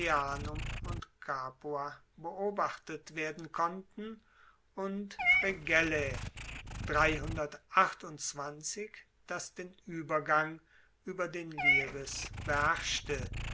und capua beobachtet werden konnten und fregellae das den uebergang ueber den liris beherrschte